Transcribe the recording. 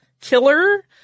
killer